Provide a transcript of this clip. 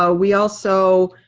ah we also